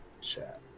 chat